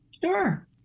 Sure